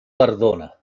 perdona